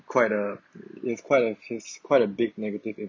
quite a quite a quite a big negative